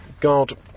God